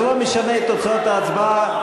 זה לא משנה את תוצאות ההצבעה,